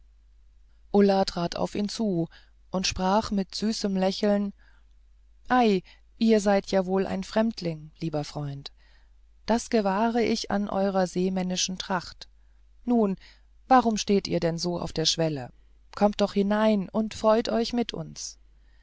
ulla trat auf ihn zu und sprach mit süßem lächeln ei ihr seid ja wohl ein fremdling lieber freund das gewahre ich an eurer seemännischen tracht nun warum steht ihr denn so auf der schwelle kommt doch nur hinein und freut euch mit uns